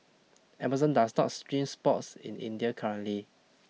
Amazon does not stream sports in India currently